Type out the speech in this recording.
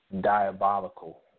diabolical